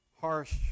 harsh